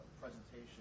presentation